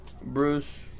Bruce